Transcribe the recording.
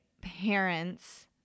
parents